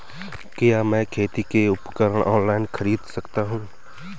क्या मैं खेती के उपकरण ऑनलाइन खरीद सकता हूँ?